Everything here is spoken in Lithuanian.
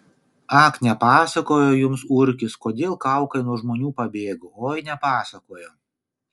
ak nepasakojo jums urkis kodėl kaukai nuo žmonių pabėgo oi nepasakojo